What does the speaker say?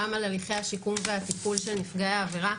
גם על הליכי השיקום והטיפול של נפגעי העבירה,